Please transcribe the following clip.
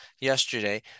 yesterday